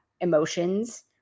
emotions